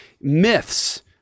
myths